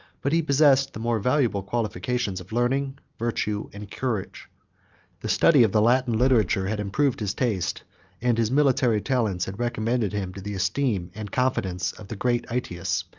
but he possessed the more valuable qualifications of learning, virtue, and courage the study of the latin literature had improved his taste and his military talents had recommended him to the esteem and confidence of the great aetius,